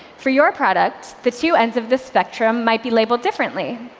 for your product, the two ends of the spectrum might be labeled differently.